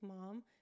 mom